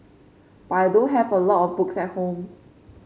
but I don't have a lot of books at home